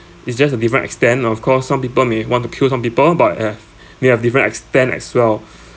it's just a different extent of course some people may want to kill some people but have they have different extent as well